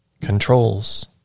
controls